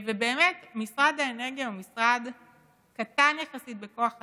ובאמת, משרד האנרגיה הוא משרד קטן יחסית בכוח אדם,